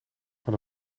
van